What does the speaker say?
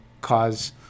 cause